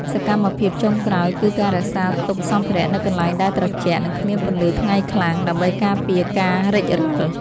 សកម្មភាពចុងក្រោយ គឺការរក្សាទុកសម្ភារៈនៅកន្លែងដែលត្រជាក់ និងគ្មានពន្លឺថ្ងៃខ្លាំង ដើម្បីការពារការរិចរិល។